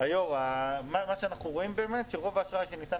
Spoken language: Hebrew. מה שאנחנו רואים באמת זה שרוב האשראי שניתן